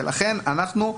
ולכן אנחנו,